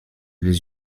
les